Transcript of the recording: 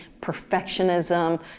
perfectionism